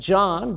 John